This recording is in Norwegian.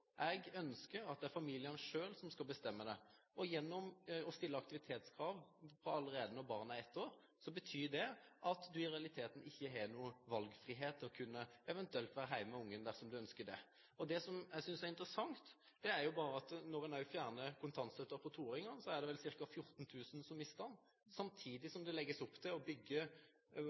Jeg ønsker at det er familiene selv som skal bestemme det. Å stille aktivitetskrav allerede når barna er ett år, betyr at du i realiteten ikke har noen valgfrihet til å være hjemme med barnet dersom du ønsker det. Det som jeg synes er interessant, er at når en også fjerner kontantstøtten for toåringene, er det vel ca. 14 000 som mister den, samtidig som det legges opp til å bygge